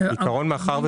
כן,